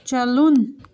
چلُن